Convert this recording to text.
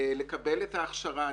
לקבל את ההכשרה הנדרשת,